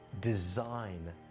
design